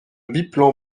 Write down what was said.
biplan